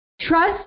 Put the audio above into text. Trust